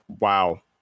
wow